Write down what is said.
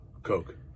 coke